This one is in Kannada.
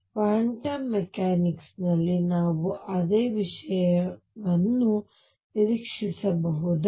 ಕ್ವಾಂಟಮ್ ಮೆಕ್ಯಾನಿಕ್ಸ್ ನಲ್ಲಿ ನಾವು ಅದೇ ವಿಷಯವನ್ನು ನಿರೀಕ್ಷಿಸಬೇಕೇ